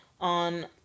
on